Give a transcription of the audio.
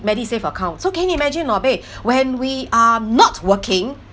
medisave account so can you imagine oh beh when we are not working